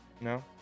no